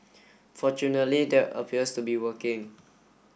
fortunately that appears to be working